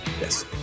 Yes